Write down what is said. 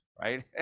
right